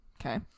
Okay